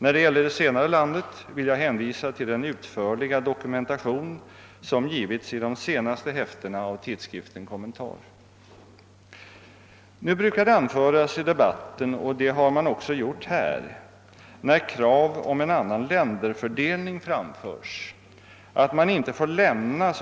När det gäller det senare landet vill jag hänvisa till den utförliga dokumentation som givits i de senaste häftena av tidskriften Kommentar. Nu brukar det anföras i debatten — och det har man också gjort här — när krav om en annan länderfördelning framförts, att man inte får lämna